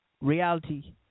reality